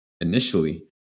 initially